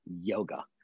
yoga